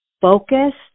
focused